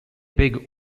big